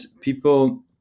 people